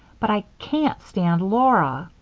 but i can't stand laura!